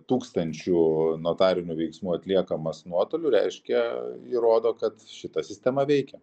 tūkstančių notarinių veiksmų atliekamas nuotoliu reiškia įrodo kad šita sistema veikia